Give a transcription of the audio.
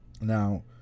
now